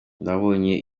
babonye